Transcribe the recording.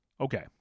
Okay